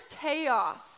chaos